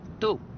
two